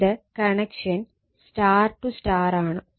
ഇത് connection Y Y ആണ്